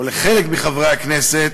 או לחלק מחברי הכנסת,